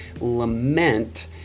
lament